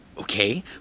Okay